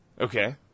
Okay